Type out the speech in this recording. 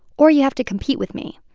or you have to compete with me.